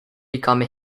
become